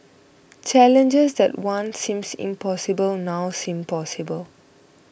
challenges that once seemed impossible now seem possible